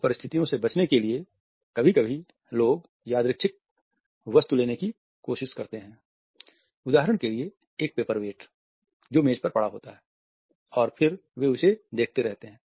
इन स्थितियों से बचने के लिए कभी कभी लोग यादृच्छिक वस्तु लेने की कोशिश करते हैं उदाहरण के लिए एक पेपर वेट जो मेज पर पड़ा होता है और फिर वे उसे देखते रहते हैं